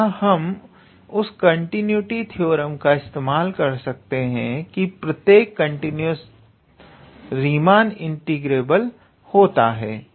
अतः हम उस कंटिन्यूटी थ्योरम का इस्तेमाल कर सकते हैं की प्रत्येक कंटीन्यूअस फंक्शन रीमान इंटीग्रेबल होता है